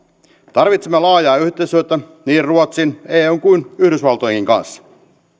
tarvitsemme laajaa yhteistyötä niin ruotsin eun kuin yhdysvaltojen kanssa